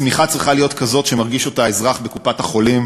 הצמיחה צריכה להיות כזאת שמרגיש אותה האזרח בקופת-החולים,